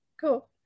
Cool